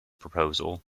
proposal